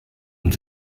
und